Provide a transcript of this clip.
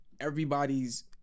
everybody's